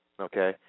okay